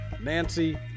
nancy